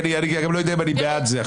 כי אני גם לא יודע אם אני בעד זה.